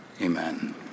Amen